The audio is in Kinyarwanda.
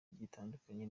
gitandukanye